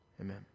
Amen